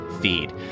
feed